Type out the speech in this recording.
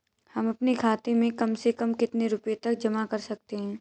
हम अपने खाते में कम से कम कितने रुपये तक जमा कर सकते हैं?